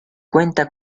cuenta